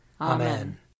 Amen